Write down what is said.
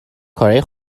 کارای